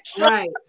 Right